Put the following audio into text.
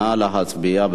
נא להצביע.